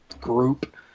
group